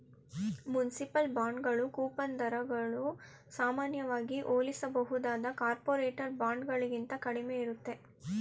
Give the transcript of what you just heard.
municipal ಬಾಂಡ್ಗಳು coupon ದರಗಳು ಸಾಮಾನ್ಯವಾಗಿ ಹೋಲಿಸಬಹುದಾದ ಕಾರ್ಪೊರೇಟರ್ ಬಾಂಡ್ಗಳಿಗಿಂತ ಕಡಿಮೆ ಇರುತ್ತೆ